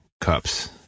cups